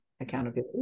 accountability